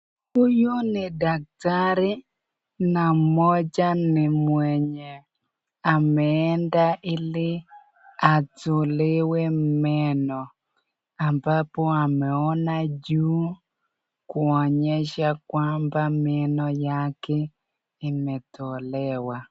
Huyu ni daktari na mmoja ni mwenye ameenda ili atolewe meno, ambapo ameona juu kuonyesha kwamba meno yake imetolewa.